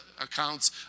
accounts